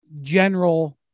general